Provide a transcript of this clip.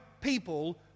people